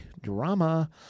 drama